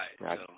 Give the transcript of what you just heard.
right